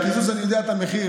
על קיזוז אני יודע מה המחיר.